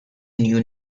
new